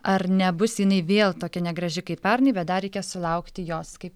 ar nebus jinai vėl tokia negraži kaip pernai bet dar reikia sulaukti jos kaip